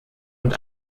und